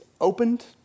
opened